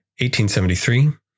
1873